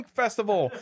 festival